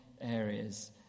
areas